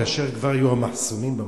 כאשר כבר היו המחסומים במקום.